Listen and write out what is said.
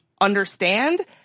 understand